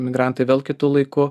migrantai vėl kitu laiku